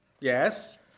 Yes